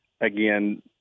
again